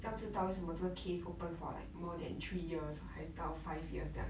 要知道为什么这个 case open for like more than three years 还是到 five years 这样